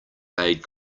aid